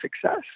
success